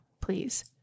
please